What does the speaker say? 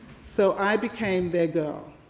so i became their girl.